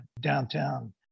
downtown